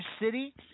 City